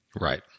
right